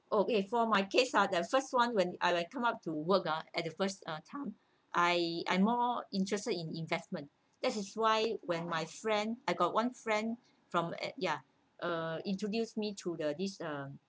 oh uh for my case ah the first one when I like came out to work ah at the first uh time I I'm more interested in investment that is why when my friend I got one friend from at ya uh introduced me to the this uh